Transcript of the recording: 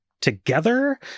together